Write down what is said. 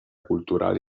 culturali